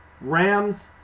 Rams